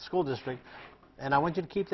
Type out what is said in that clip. school district and i want you to keep